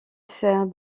faire